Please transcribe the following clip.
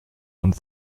und